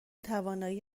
توانایی